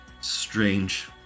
Strange